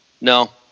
no